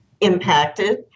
impacted